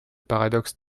paradoxe